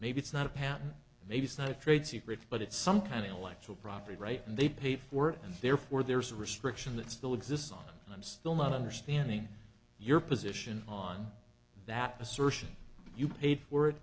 maybe it's not a patent maybe side trade secrets but it's some kind of electoral property right and they paid for it and therefore there's a restriction that still exists on and i'm still not understanding your position on that assertion you paid for it